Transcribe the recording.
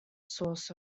source